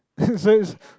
says